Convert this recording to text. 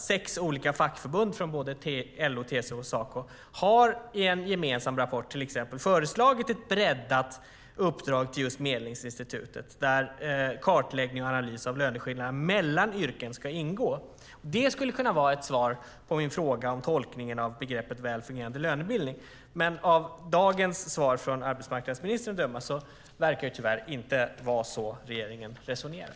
Sex olika fackförbund från LO, TCO och Saco har i en gemensam rapport till exempel föreslagit ett breddat uppdrag till Medlingsinstitutet, där kartläggning och analys av löneskillnaderna mellan yrken ska ingå. Det skulle kunna vara ett svar på min fråga om tolkningen av begreppet "en väl fungerande lönebildning". Men av dagens svar från arbetsmarknadsministern att döma verkar det tyvärr inte vara så regeringen resonerar.